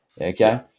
Okay